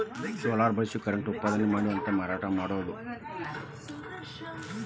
solar ಬಳಸಿ current ಉತ್ಪಾದನೆ ಮಾಡಿ ಮಾತಾ ಮಾರಾಟಾನು ಮಾಡುದು